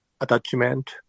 attachment